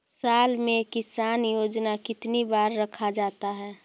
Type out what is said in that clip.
साल में किसान योजना कितनी बार रखा जाता है?